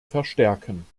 verstärken